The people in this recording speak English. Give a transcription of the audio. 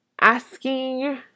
asking